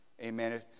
Amen